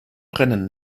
brennen